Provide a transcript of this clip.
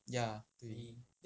ya 对